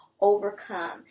overcome